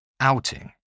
Outing